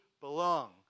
belong